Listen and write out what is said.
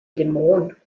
dämon